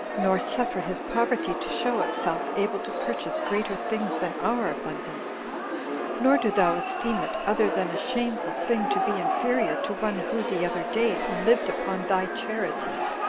nor suffer his poverty to show itself able to purchase greater things than our abundance nor do thou esteem it other than a shameful thing to be inferior to one who, the other day, lived upon thy charity.